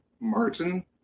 Martin